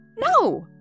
No